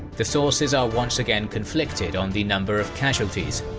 the sources are once again conflicted on the number of casualties,